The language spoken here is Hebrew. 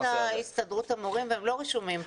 רם, אמרת הסתדרות המורים והם לא רשומים פה.